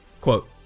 Quote